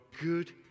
good